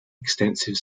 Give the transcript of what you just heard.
extensive